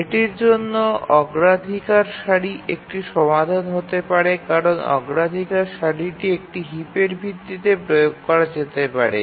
এটির জন্য অগ্রাধিকার সারি একটি সমাধান হতে পারে কারণ অগ্রাধিকার সারিটি একটি হিপের ভিত্তিতে প্রয়োগ করা যেতে পারে